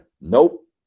nope